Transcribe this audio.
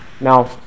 Now